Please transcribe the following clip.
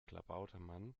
klabautermann